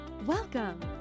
Welcome